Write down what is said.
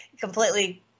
Completely